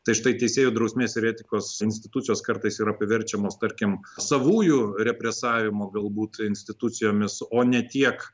tai štai teisėjų drausmės ir etikos institucijos kartais yra priverčiamos tarkim savųjų represavimo galbūt institucijomis o ne tiek